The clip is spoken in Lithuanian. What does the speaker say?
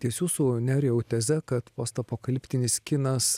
ties jūsų nerijau teze kad postapokaliptinis kinas